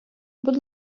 будь